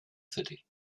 city